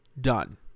done